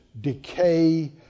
decay